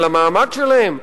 על המעמד שלהם,